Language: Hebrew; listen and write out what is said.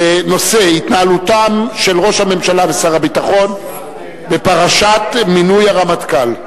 בנושא: התנהלותם של ראש הממשלה ושר הביטחון בפרשת מינוי הרמטכ"ל.